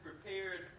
prepared